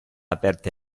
aperte